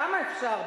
כמה אפשר?